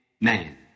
man